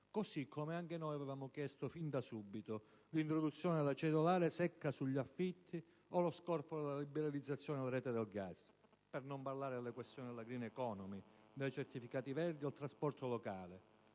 Così come anche noi avevamo chiesto fin da subito l'introduzione della cedolare secca sugli affitti o lo scorporo e la liberalizzazione della rete del gas. Per non parlare delle questioni che riguardano la *green economy,* dai certificati verdi al trasporto locale.